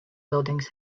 buildings